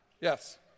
Yes